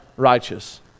righteous